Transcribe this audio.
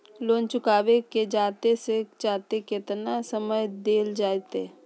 Loan चुकाबे के जादे से जादे केतना समय डेल जयते?